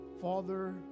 Father